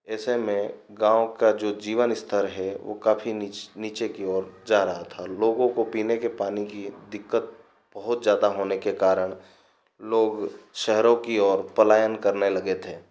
ऐसे में गाँव का जो जीवन स्तर है वो काफ़ी नीच नीचे की ओर जा रहा था लोगों को पीने के पानी की दिक्कत बहुत ज़्यादा होने के कारण लोग शहरों की ओर पलायन करने लगे थे